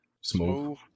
Smooth